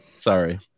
sorry